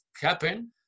happen